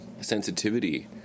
sensitivity